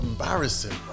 Embarrassing